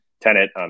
tenant